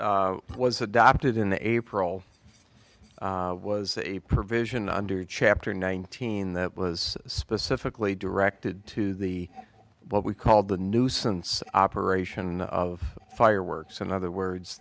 was adopted in april was a provision under chapter nineteen that was specifically directed to the what we called the nuisance operation of fireworks in other words